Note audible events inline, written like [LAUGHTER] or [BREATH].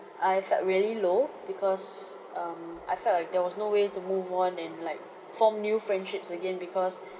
I felt really low because um I felt like there was no way to move on and like form new friendships again because [BREATH]